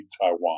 Taiwan